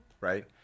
right